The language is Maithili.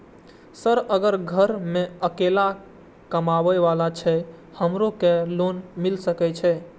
सर अगर घर में अकेला कमबे वाला छे हमरो के लोन मिल सके छे?